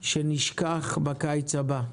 שנשכח בקיץ הבא.